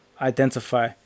identify